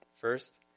First